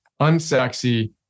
unsexy